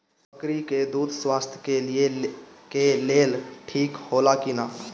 बकरी के दूध स्वास्थ्य के लेल ठीक होला कि ना?